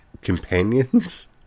companions